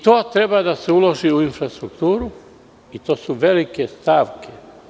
To treba da se uloži u infrastrukturu i to su velike stavke.